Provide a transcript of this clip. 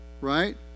right